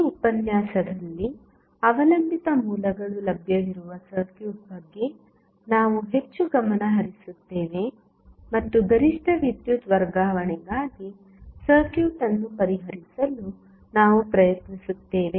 ಈ ಉಪನ್ಯಾಸದಲ್ಲಿ ಅವಲಂಬಿತ ಮೂಲಗಳು ಲಭ್ಯವಿರುವ ಸರ್ಕ್ಯೂಟ್ ಬಗ್ಗೆ ನಾವು ಹೆಚ್ಚು ಗಮನ ಹರಿಸುತ್ತೇವೆ ಮತ್ತು ಗರಿಷ್ಠ ವಿದ್ಯುತ್ ವರ್ಗಾವಣೆಗಾಗಿ ಸರ್ಕ್ಯೂಟ್ ಅನ್ನು ಪರಿಹರಿಸಲು ನಾವು ಪ್ರಯತ್ನಿಸುತ್ತೇವೆ